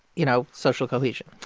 you know, social cohesion?